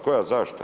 Koja zaštita?